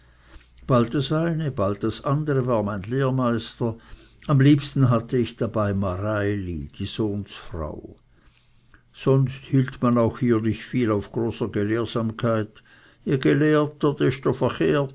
bald das eine bald das andere war mein lehrmeister am liebsten hatte ich dabei mareili die sohnsfrau sonst hielt man auch hier nicht viel auf großer gelehrsamkeit je gelehrter